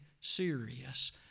serious